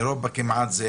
אירופה כמעט כולה,